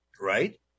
Right